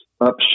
up